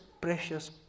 precious